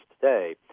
today